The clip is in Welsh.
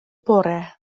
bore